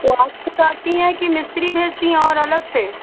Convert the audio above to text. तो आप ख़ुद आती हैं कि मिस्त्री भेजती हैं और अलग से